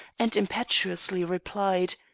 and impetuously replied